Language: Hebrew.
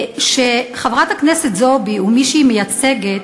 שחברת הכנסת זועבי ומי שהיא מייצגת,